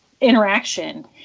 interaction